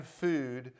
food